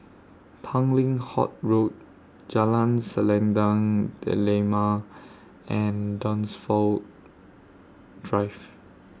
Tanglin Halt Road Jalan Selendang Delima and Dunsfold Drive